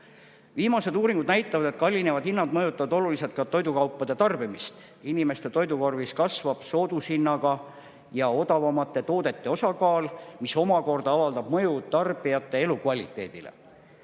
Viimased uuringud näitavad, et kallinevad hinnad mõjutavad oluliselt ka toidukaupade tarbimist. Inimeste toidukorvis kasvab soodushinnaga ja odavamate toodete osakaal, mis omakorda avaldab mõju tarbijate elukvaliteedile.